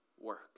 work